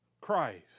Christ